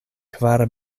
kvar